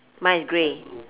mine is grey